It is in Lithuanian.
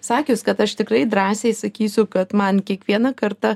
sakius kad aš tikrai drąsiai sakysiu kad man kiekvieną kartą